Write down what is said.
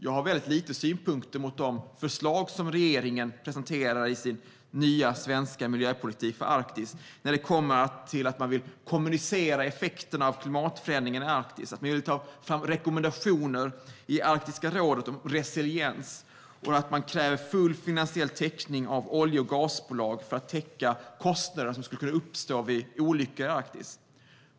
Jag har väldigt lite synpunkter på de förslag som regeringen presenterar i sin nya, svenska miljöpolitik för Arktis när det gäller att man vill kommunicera effekterna av klimatförändringarna i Arktis, ta fram rekommendationer i Arktiska rådet om resiliens och kräva full finansiell täckning av olje och gasbolag för de kostnader som skulle kunna uppstå vid olyckor i Arktis.